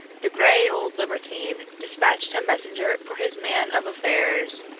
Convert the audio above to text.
the gray old libertine despatched a messenger for his man of affairs,